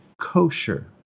kosher